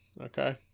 Okay